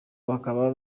bakaba